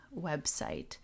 website